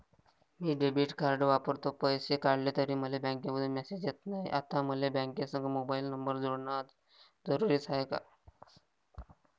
मी debit card वापरतो, पैसे काढले तरी मले बँकेमंधून मेसेज येत नाय, आता मले बँकेसंग मोबाईल नंबर जोडन जरुरीच हाय का?